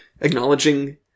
acknowledging